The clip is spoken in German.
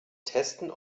testen